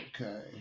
Okay